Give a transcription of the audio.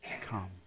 Come